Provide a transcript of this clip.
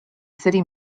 city